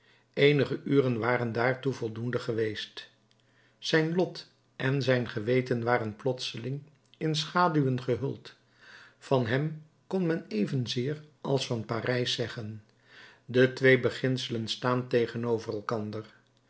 eenige uren waren daartoe voldoende geweest zijn lot en zijn geweten waren plotseling in schaduwen gehuld van hem kon men evenzeer als van parijs zeggen de twee beginselen staan tegenover elkander